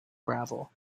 gravel